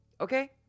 okay